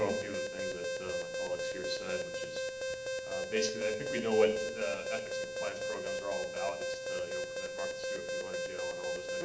few things that my colleagues here said which is basically, i think we know what ethics and plans program are all about. it's to you know prevent martha stewart from going to jail, and all those things.